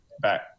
back